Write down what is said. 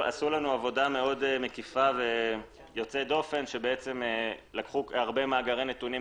עבודה מקיפה ויוצאת דופן שלקחו הרבה מאגרי נתונים,